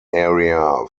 area